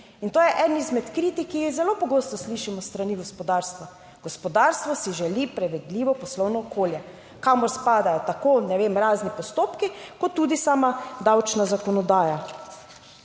to je eden izmed kritik, ki jih zelo pogosto slišimo s strani gospodarstva. Gospodarstvo si želi predvidljivo poslovno okolje, kamor spadajo tako, ne vem, razni postopki kot tudi sama davčna zakonodaja.